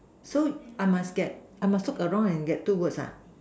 so I must get I must look around and get two words ah